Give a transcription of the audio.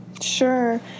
Sure